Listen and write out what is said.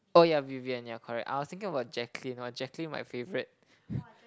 oh ya Vivian ya correct I was thinking of a Jacqueline !wah! Jacqueline my favourite